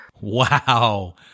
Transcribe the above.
Wow